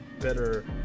better